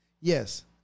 Yes